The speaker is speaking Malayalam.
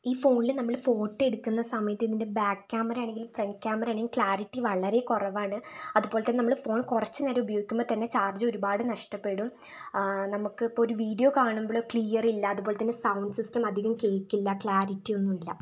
ഈ ഫോണിൽ നമ്മൾ ഫോട്ടോ എടുക്കുന്ന സമയത്ത് ഇതിൻ്റെ ബാക്ക് ക്യാമറ ആണെങ്കിലും ഫ്രണ്ട് ക്യാമറ ആണെങ്കിലും ക്ലാരിറ്റി വളരെ കുറവാണ് അതുപോലെതന്നെ നമ്മൾ ഫോൺ കുറച്ച് നേരം ഉപയോഗിക്കുമ്പോൾ തന്നെ ചാർജ് ഒരുപാട് നഷ്ടപ്പെടും നമുക്കിപ്പോൾ ഒരു വീഡിയോ കാണുമ്പോഴോ ക്ലിയർ ഇല്ല അതുപോലെതന്നെ സൗണ്ട് സിസ്റ്റം അധികം കേൾക്കില്ല ക്ലാരിറ്റി ഒന്നുമില്ല